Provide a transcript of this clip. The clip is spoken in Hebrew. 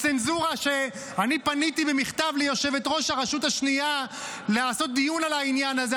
אני פניתי במכתב ליושבת-ראש הרשות השנייה לעשות דיון על העניין הזה.